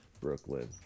Brooklyn